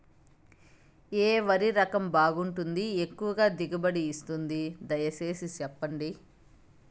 ఏ వరి రకం బాగుంటుంది, ఎక్కువగా దిగుబడి ఇస్తుంది దయసేసి చెప్పండి?